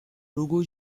logo